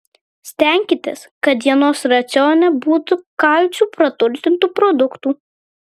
stenkitės kad dienos racione būtų kalciu praturtintų produktų